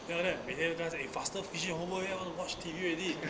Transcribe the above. then after that behave then I say !hey! faster finish your homework 要 wanna watch T_V already